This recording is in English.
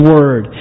Word